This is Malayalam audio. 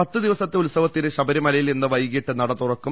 പത്ത് ദീവ്പസത്തെ ഉത്സവത്തിന് ശബരിമലയിൽ ഇന്ന് വൈകീട്ട് നട തുറക്കും